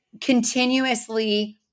continuously